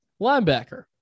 Linebacker